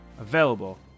available